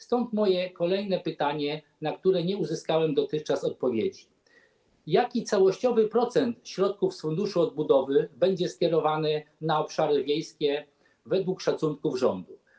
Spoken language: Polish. Stąd moje kolejne pytanie, na które nie uzyskałem dotychczas odpowiedzi: Jaki całościowy procent środków z Funduszu Odbudowy będzie skierowany na obszary wiejskie według szacunków rządu?